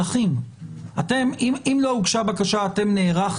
ואם האסיר לא היה מיוצג,